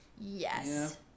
yes